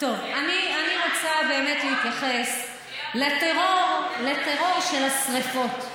אני רוצה להתייחס לטרור של השרפות.